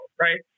Right